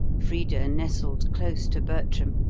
frida nestled close to bertram,